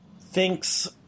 thinks